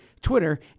Twitter